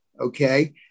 Okay